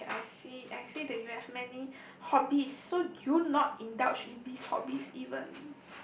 okay I see I see that you have many hobbies so do you not indulge in these hobbies even